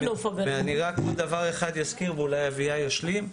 אני אזכיר דבר נוסף, ואולי אביה ישלים.